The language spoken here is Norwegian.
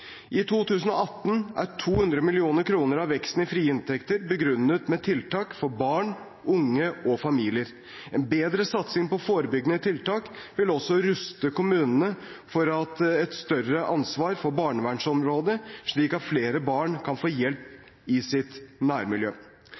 I 2018 er 200 mill. kr av veksten i frie inntekter begrunnet med tiltak for barn, unge og familier. En bedre satsing på forebyggende tiltak vil også ruste kommunene for et større ansvar på barnevernsområdet, slik at flere barn kan få hjelp i sitt nærmiljø.